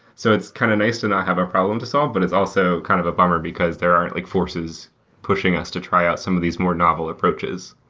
so it's kind of nice to not have a problem to solve, but it's also kind of a bummer, because there aren't like forces pushing us to try out some of these more novel approaches.